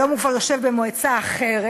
היום הוא כבר יושב במועצה אחרת,